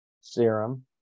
Serum